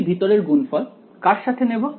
একটি ভেতরের গুণফল কার সাথে নেব